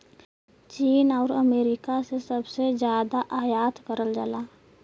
चीन आउर अमेरिका से सबसे जादा आयात करल जाला